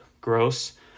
gross